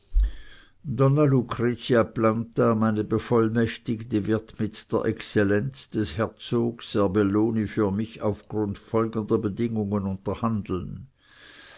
lucretia planta meine bevollmächtigte wird mit der exzellenz des herzogs serbelloni für mich auf grund folgender bedingungen